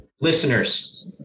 Listeners